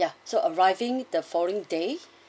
ya so arriving the following day